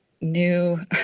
new